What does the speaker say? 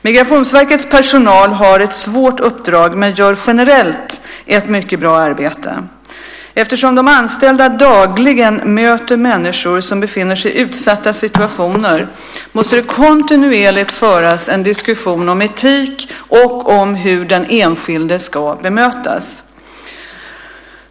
Migrationsverkets personal har ett svårt uppdrag men gör generellt ett mycket bra arbete. Eftersom de anställda dagligen möter människor som befinner sig i utsatta situationer måste det kontinuerligt föras en diskussion om etik och om hur den enskilde ska bemötas.